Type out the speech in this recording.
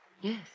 Yes